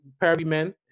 Perryman